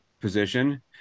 position